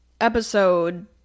episode